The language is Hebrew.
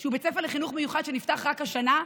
שהוא בית ספר לחינוך מיוחד שנפתח רק השנה,